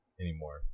anymore